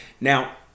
Now